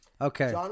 Okay